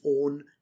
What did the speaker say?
own